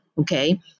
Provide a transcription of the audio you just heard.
okay